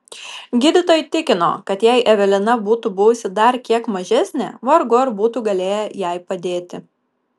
gydytojai tikino kad jei evelina būtų buvusi dar kiek mažesnė vargu ar būtų galėję jai padėti